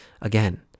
Again